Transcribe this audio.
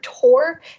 tour